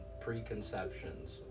preconceptions